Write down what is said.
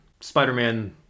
Spider-Man